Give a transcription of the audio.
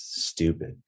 stupid